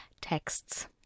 texts